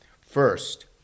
First